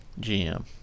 gm